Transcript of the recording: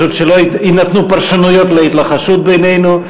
שלא יינתנו פרשנויות להתלחשות בינינו,